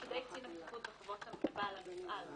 תפקידי קצין הבטיחות באופן המופעל.